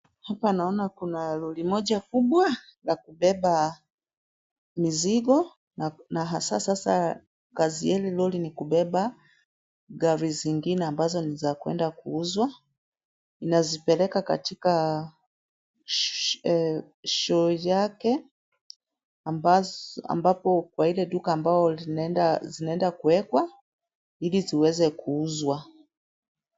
Hapa naona kuna lori moja kubwa la kubeba mizigo na hasa sasa kazi ya hili lori ni kubeba gari zingine ambazo ni za kwenda kuuzwa inazipeleka katika show yake ambapo kwa ile duka ambao zinaenda kuwekwa ili ziweze kuuzwa.